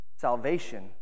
salvation